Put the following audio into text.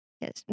Yes